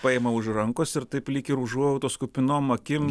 paima už rankos ir taip lyg ir užuojautos kupinom akim